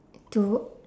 to